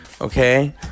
Okay